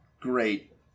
great